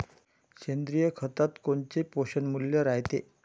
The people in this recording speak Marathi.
सेंद्रिय खतात कोनचे पोषनमूल्य रायते?